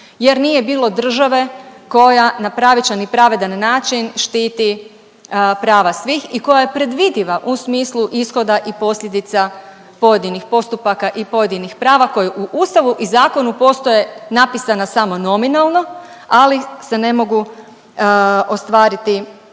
jer nije bilo države koja na pravičan i pravedan način štiti prava svih i koja je predvidiva u smislu ishoda i posljedica pojedinih postupaka i pojedinih prava koji u Ustavu i zakonu postoje napisana samo nominalno, ali se ne mogu ostvariti u praksi.